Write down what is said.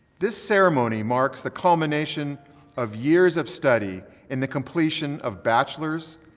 this ceremony marks the culmination of years of study in the completion of bachelor's,